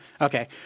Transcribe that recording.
Okay